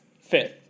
Fifth